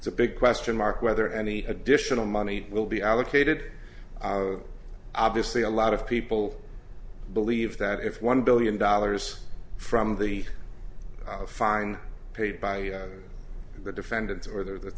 a big question mark whether any additional money will be allocated obviously a lot of people believe that if one billion dollars from the fine paid by the defendants or th